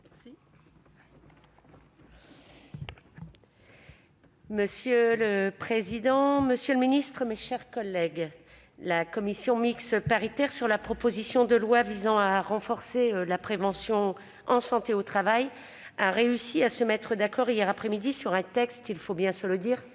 Monsieur le président, monsieur le secrétaire d'État, mes chers collègues, la commission mixte paritaire sur la proposition de loi pour renforcer la prévention en santé au travail a réussi à se mettre d'accord hier après-midi sur un texte au rabais- il